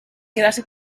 quedarse